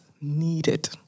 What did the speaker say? needed